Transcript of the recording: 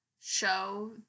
show